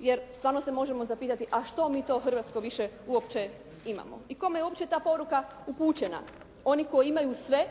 jer stvarno se možemo zapitati a što mi to u Hrvatskoj više uopće imamo i kome je uopće ta poruka upućena. Oni koji imaju sve,